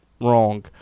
wrong